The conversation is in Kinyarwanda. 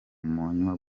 manywa